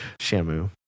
Shamu